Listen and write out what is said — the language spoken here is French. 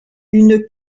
une